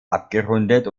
abgerundet